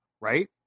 right